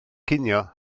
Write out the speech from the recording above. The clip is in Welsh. cinio